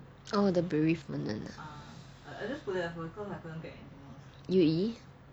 oh the bereavement [one] ah U_E